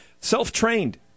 Self-trained